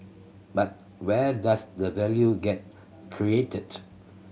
but where does the value get created